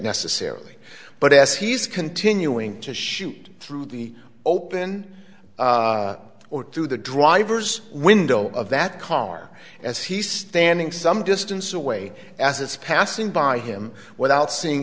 necessarily but as he's continuing to shoot through the open or to the driver's window of that car as he's standing some distance away as it's passing by him without seeing